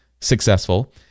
successful